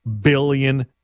billion